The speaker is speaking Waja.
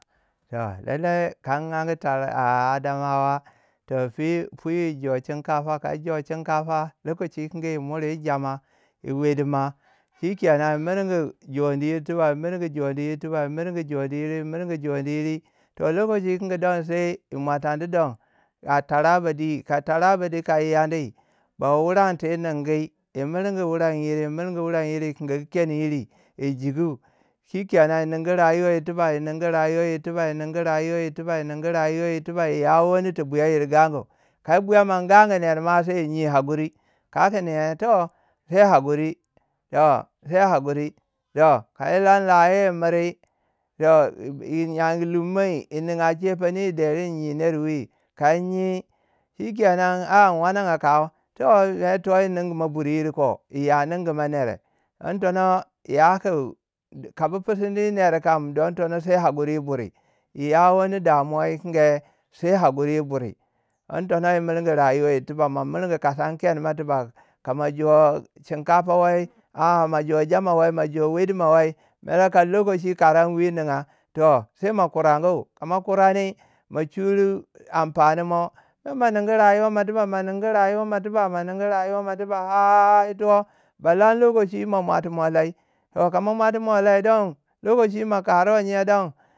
Toh Lalai ka in anyi Taraba. a- a Adamawa, toh sai pwi yijo shinkafa. Ka yi jo shinkafa. lokachi tikingi yi muri yi jama yi wedima shikenan yi mirgu joni yir- yi mirgu joni yir tiba. yi mirgu joni yitri yi mirgu joni yire. toh lokachi tikingi don sai mwatiandi don, a taraba dwi- ka taraba di ka yi yandi, do wuran ti yi ningi. yi murgu wurei yiri yi murgu wurei yiri yi kingi keni yiri jiku. Shikenan yi ningu rayuwa yir tiba yi ningu rayuwa yir tiba yi ningu rayuwa yir tiba yi ningu rayuwa yir tiba ya wani tu buyayir gangu. Ka yi buyaman gangu ner ma sai yi nyiu hakuri. Kau kun eh. toh sai hakuri toh ka yi lan la yi miri. toh yi yang lumoi. yi ninga shepene yi derui yi nyiu ner wi. ka yi nyiu, shikenan a- a in wananga kawu yi ya ningu ma nere. Don tono yaku. ka bu pusuni nere kam don tono sai hakuri buri. yi ya wani damuwa kingi sai hakuri buri don tono yi mirgi rayuwa yir tiba. mo mirgi kasan kene mo tiba. Ka ma joi shinkafa woi a- a ma joi jama wai. ma jo wedma wei. mere ka lokachi kalang wi ninga toh sai ma kurangu. ka ma kuranui ma churwie amfani mo sai ma ningu rayuwa mo tiba ma ningu rayuwa mo tiba ha- ha- ha yito ba lan lokachi ma mwatua lai. Toh ka mo mwatuwei lai don. lokachi.